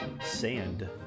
sand